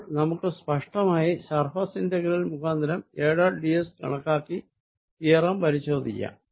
അപ്പോൾ നമുക്ക് സ്പഷ്ടമായി സർഫേസ് ഇന്റഗ്രൽ മുഖാന്തിരം A ഡോട്ട് d s കണക്കാക്കി തിയറം പരിശോധിക്കാം